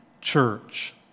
church